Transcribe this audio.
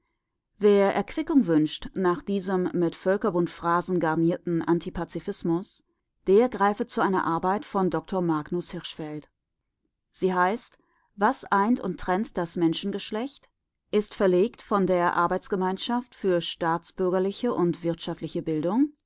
wer erquickung wünscht nach diesem mit völkerbundphrasen garnierten antipazifismus der greife zu einer arbeit von dr magnus hirschfeld sie heißt was eint und trennt das menschengeschlecht ist verlegt von der arbeitsgemeinschaft für staatsbürgerliche und wirtschaftliche bildung